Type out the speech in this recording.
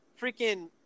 freaking